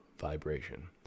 vibration